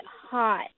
hot